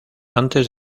antes